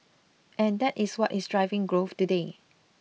and that is what is driving growth today